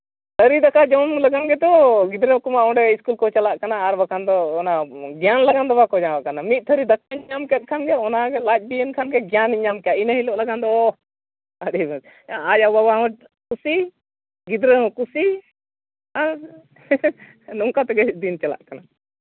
ᱛᱷᱟᱹᱨᱤ ᱫᱟᱠᱟ ᱡᱚᱢ ᱞᱟᱹᱜᱤᱫ ᱛᱮᱫᱚ ᱜᱤᱫᱽᱨᱟᱹ ᱠᱚᱢᱟ ᱚᱸᱰᱮ ᱥᱠᱩᱞ ᱠᱚ ᱪᱟᱞᱟᱜ ᱠᱟᱱᱟ ᱟᱨ ᱵᱟᱠᱷᱟᱱ ᱫᱚ ᱚᱱᱟ ᱜᱮᱭᱟᱱ ᱞᱟᱹᱜᱤᱫ ᱫᱚ ᱵᱟᱠᱚ ᱪᱟᱞᱟᱜ ᱠᱟᱱᱟ ᱢᱤᱫ ᱛᱷᱟᱹᱨᱤ ᱫᱟᱠᱟᱢ ᱧᱟᱢ ᱠᱮᱜ ᱠᱷᱟᱱᱜᱮ ᱚᱱᱟᱜᱮ ᱞᱟᱡ ᱵᱤᱭᱮᱱ ᱠᱷᱟᱱ ᱜᱮ ᱜᱮᱭᱟᱱᱮ ᱧᱟᱢ ᱠᱮᱜᱼᱟ ᱤᱱᱟᱹ ᱦᱤᱞᱳᱜ ᱞᱟᱹᱜᱤᱫ ᱫᱚ ᱟᱹᱰᱤ ᱵᱷᱟᱹᱜᱤ ᱟᱡ ᱟᱭᱳᱼᱵᱟᱵᱟ ᱦᱚᱸ ᱠᱩᱥᱤ ᱜᱤᱫᱽᱨᱟᱹ ᱦᱚᱸ ᱠᱩᱥᱤ ᱟᱨ ᱱᱚᱝᱠᱟ ᱛᱮᱜᱮ ᱫᱤᱱ ᱪᱟᱞᱟᱜ ᱠᱟᱱᱟ